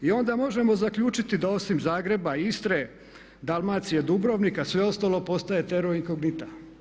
I onda možemo zaključiti da osim Zagreba i Istre, Dalmacije, Dubrovnika sve ostalo postaje terra incognita.